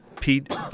Pete